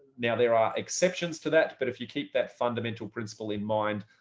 now, there are exceptions to that. but if you keep that fundamental principle in mind,